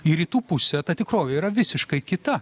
į rytų pusę ta tikrovė yra visiškai kita